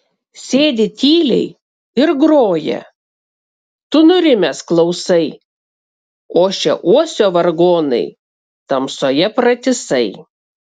sėdi tyliai ir groja tu nurimęs klausai ošia uosio vargonai tamsoje pratisai